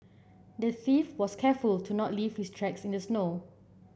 the thief was careful to not leave his tracks in the snow